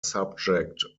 subject